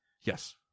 Yes